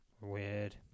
Weird